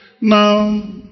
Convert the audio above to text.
Now